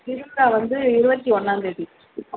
திருவிழா வந்து இருபத்தி ஒன்றாந்தேதி